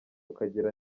ukagira